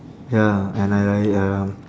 ya and I like ya lah